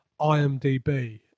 IMDb